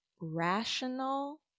rational